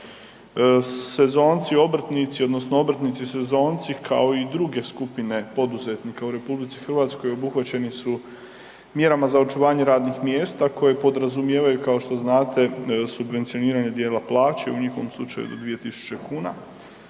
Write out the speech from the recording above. Sezonci obrtnici odnosno obrtnici sezonci kao i druge skupine poduzetnika u RH obuhvaćeni su mjerama za očuvanje radnih mjesta koje podrazumijevaju kao što znate, subvencioniranje dijela plaće, u njihovom slučaju do 2.000 kuna